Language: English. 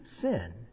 sin